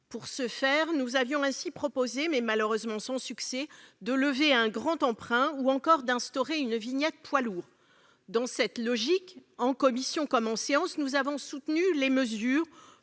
Pour ce faire, nous avions proposé, malheureusement sans succès, de lever un grand emprunt ou encore d'instaurer une vignette poids lourds. Dans cette logique, en commission comme en séance, nous avons soutenu les mesures